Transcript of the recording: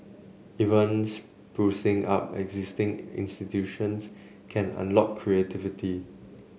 even sprucing up existing institutions can unlock creativity